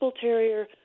terrier